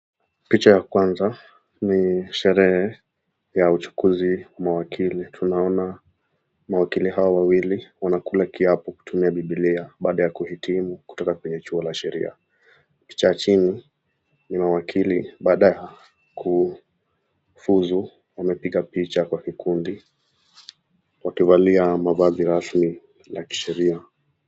Picha ya kwanza ni sherehe ya uchaguzi ya wakili tunaona mawakili tunaona mawakili hao hao wawili wanakula kiapo wakitumia bibilia baada ya kuhitimu kutoka shule ya sheria, picha ya pili ni mawakili baada ya kufuzu wamepiga picha Kwa kikundi baada ya kuvalia mavazi rasmi ya kisheria